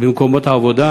במקומות עבודה.